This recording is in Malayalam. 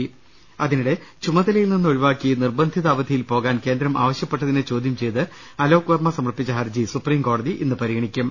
്്്്് അതിനിടെ ചുമതലയിൽ നിന്ന് ഒഴിവാക്കി നിർബന്ധിത അവധിയിൽ പോകാൻ കേന്ദ്രം ആവശ്യപ്പെട്ടതിനെ ചോദ്യം ചെയ്ത് അലോക്വർമ്മ സമർപ്പിച്ച ഹർജി സുപ്രീം കോടതി ഇന്ന് പരിഗണിക്കും